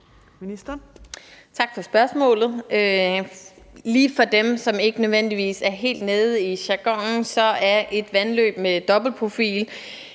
Tak for spørgsmålet. Lige for dem, som ikke nødvendigvis er helt inde i jargonen, vil jeg sige, at et vandløb med dobbeltprofil